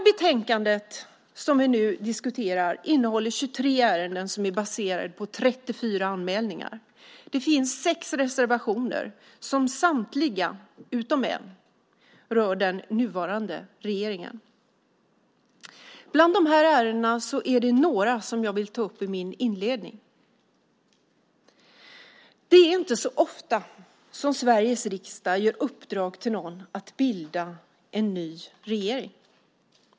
Betänkandet som vi nu diskuterar innehåller 23 ärenden som är baserade på 34 anmälningar. Det finns sex reservationer som samtliga, utom en, rör den nuvarande regeringen. Bland dessa ärenden är det några som jag vill ta upp i min inledning. Det är inte så ofta som Sveriges riksdag ger någon i uppdrag att bilda en ny regering.